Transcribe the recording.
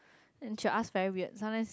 and she will ask very weird sometimes